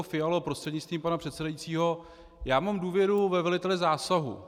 Fialo prostřednictvím pana předsedajícího, já mám důvěru ve velitele zásahu.